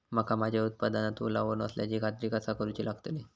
मका माझ्या उत्पादनात ओलावो नसल्याची खात्री कसा करुची लागतली?